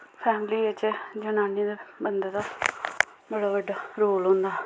family बिच्च जनानी दा बंदे दा बड़ा बड्डा रोल होंदा